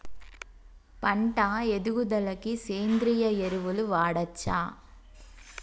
పంట ఎదుగుదలకి సేంద్రీయ ఎరువులు వాడచ్చా?